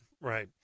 Right